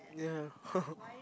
yeah